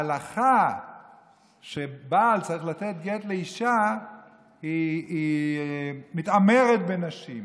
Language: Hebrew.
ההלכה שבעל צריך לתת גט לאישה היא מתעמרת בנשים.